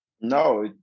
No